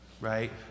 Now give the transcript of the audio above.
right